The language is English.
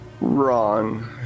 wrong